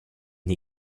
une